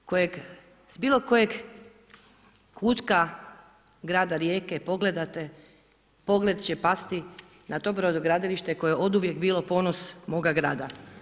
Treći Maj kojeg s bilo kojeg kutka grada Rijeke pogledate, pogled će pasti na to brodogradilište koje je uvijek bilo ponos moga grada.